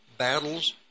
Battles